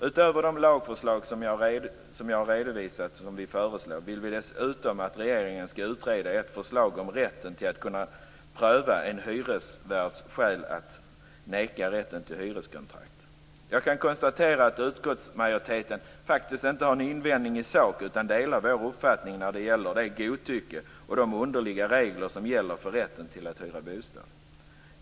Utöver de lagsförslag som jag har redovisat vill vi dessutom att regeringen skall utreda ett förslag om rätten att pröva en hyresvärds skäl att neka rätten till hyreskontrakt. Jag kan konstatera att utskottsmajoriteten faktiskt inte har någon invändning i sak utan delar vår uppfattning om det godtycke och de underliga regler som gäller för rätten att hyra bostad.